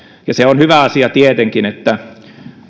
ja se on hyvä asia tietenkin että